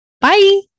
bye